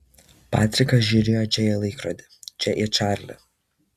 patrikas žiūrėjo čia į laikrodį čia į čarlį